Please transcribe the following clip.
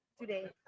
today